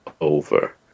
over